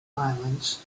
violence